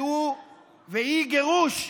והיא גירוש,